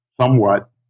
somewhat